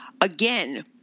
Again